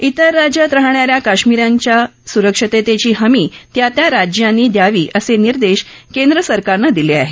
ात्तर राज्यांत राहणा या कश्मीरींच्या सूरक्षिततेची हमी त्या त्या राज्यांनी द्यावी असे निर्देश केंद्र सरकारनं दिले आहेत